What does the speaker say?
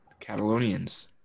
Catalonians